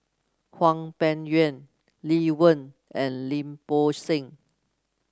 Hwang Peng Yuan Lee Wen and Lim Bo Seng